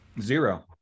Zero